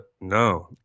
no